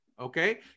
Okay